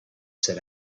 said